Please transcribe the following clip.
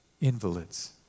invalids